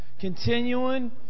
continuing